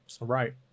Right